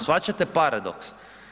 Shvaćate paradoks?